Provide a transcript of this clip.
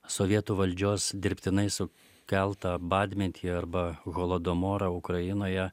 sovietų valdžios dirbtinai su keltą badmetį arba holodomorą ukrainoje